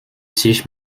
sich